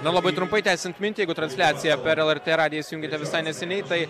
na labai trumpai tęsiant mintį jeigu transliaciją per lrt radiją įsijungėte visai neseniai tai